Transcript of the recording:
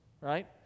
right